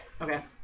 Okay